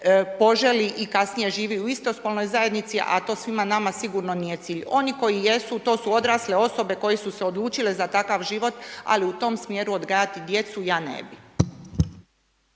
poželi i kasnije živi u istospolonoj zajednici, a to svima nama sigurno nije cilj. Oni koji jesu, to su odrasle osobe koje su se odlučile za takav život, ali u tom smjeru odgajati djecu, ja ne bi.